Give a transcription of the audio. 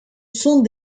sont